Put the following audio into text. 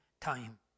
time